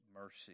mercy